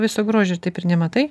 viso grožio taip ir nematai